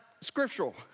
scriptural